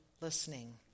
listening